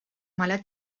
mala